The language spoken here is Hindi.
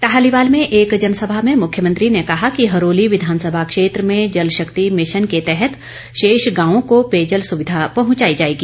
टाहलीवाल में एक जनसभा में मुख्यमंत्री ने कहा कि हरोली विधानसभा क्षेत्र में जल शक्ति मिशन के तहत शेष गांवों को पेयजल सुविधा पहुंचाई जाएगी